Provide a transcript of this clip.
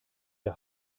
der